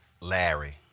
Larry